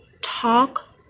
talk